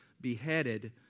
beheaded